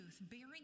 bearing